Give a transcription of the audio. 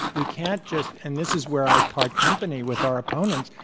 we can't just and this is where i part company with our opponents.